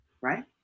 right